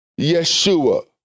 Yeshua